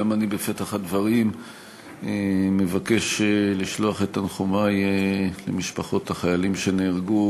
גם אני בפתח הדברים מבקש לשלוח את תנחומי למשפחות החיילים שנהרגו,